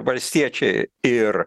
valstiečiai ir